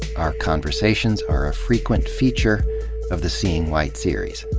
our conversations are a frequent feature of the seeing white series.